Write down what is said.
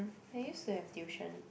I used to have tuition